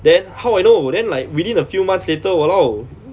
then how I know then like within a few months later !walao!